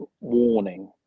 warning